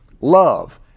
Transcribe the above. love